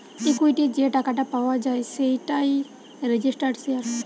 equity যে টাকাটা পাওয়া যায় সেটাই রেজিস্টার্ড শেয়ার